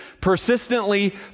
persistently